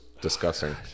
discussing